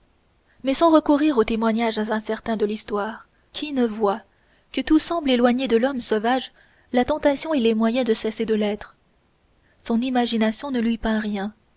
mais sans recourir aux témoignages incertains de l'histoire qui ne voit que tout semble éloigner de l'homme sauvage la tentation et les moyens de cesser de l'être son imagination ne lui peint rien